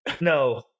No